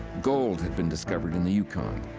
gold had been discovered in the yukon.